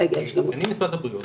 אני משרד הבריאות,